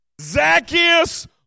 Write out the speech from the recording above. Zacchaeus